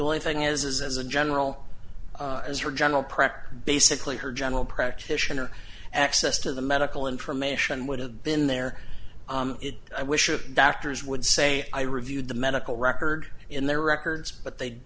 only thing is is as a general as her general practice basically her general practitioner access to the medical information would have been there i wish your doctors would say i reviewed the medical record in their records but they